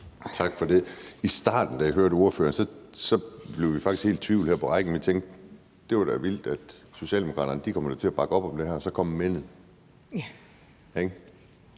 Tak for det. I starten af ordføreren tale blev vi faktisk helt i tvivl hernede på rækken, og vi tænkte: Det var da vildt; Socialdemokraterne kommer da til at bakke op om det her. Og så kom men'et,